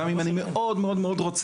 גם אם אני מאוד מאוד רוצה,